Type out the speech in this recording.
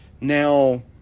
Now